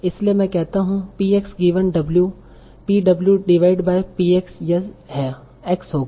इसलिए मैं कहता हूं P x given w P w divide by P x yes होगा